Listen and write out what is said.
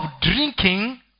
drinking